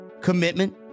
commitment